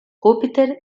júpiter